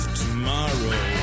tomorrow